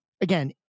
again